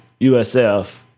USF